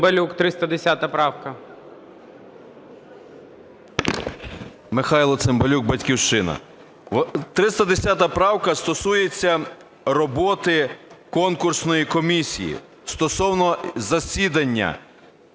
Михайло Цимбалюк, "Батьківщина".